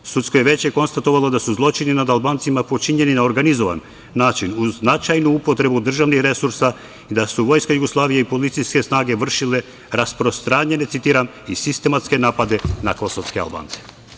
Sudsko veće je konstatovalo da su zločini nad Albancima počinjeni na organizovan način, uz značajnu upotrebu državnih resursa i da su Vojska Jugoslavije i policijske snage vršile rasprostranjene, citiram, i sistematske napade na kosovske Albance.